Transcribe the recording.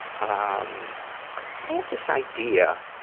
um i have this idea